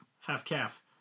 Half-calf